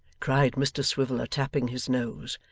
cried mr swiveller, tapping his nose,